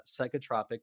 psychotropic